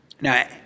Now